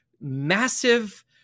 massive